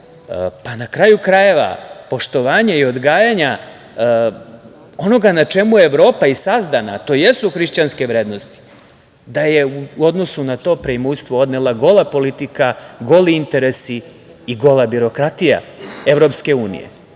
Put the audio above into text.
pa na kraju, krajeva poštovanje i odgajanja onoga na čemu je Evropa i sazdana, to jesu hrišćanske vrednosti, da je u odnosu na to preimućstvo odnela gola politika, goli interesi i gola birokratija EU.Pokazuje